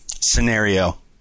Scenario